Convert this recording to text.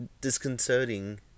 disconcerting